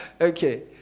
Okay